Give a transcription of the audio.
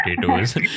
potatoes